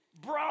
Bro